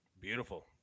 beautiful